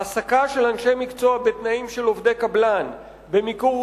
העסקה של אנשי מקצוע בתנאים של עובדי קבלן במיקור-חוץ